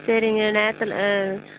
சரிங்க